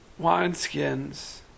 wineskins